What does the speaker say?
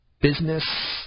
business